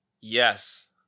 yes